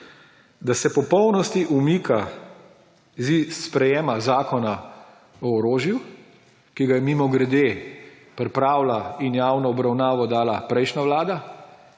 da se v popolnosti umika iz sprejemanja zakona o orožju, ki ga je, mimogrede, pripravila in v javno obravnavo dala prejšnja vlada